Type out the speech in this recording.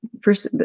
first